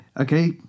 Okay